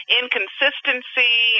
inconsistency